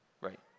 Right